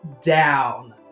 down